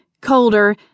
colder